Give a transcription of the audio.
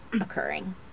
occurring